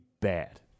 bad